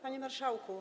Panie Marszałku!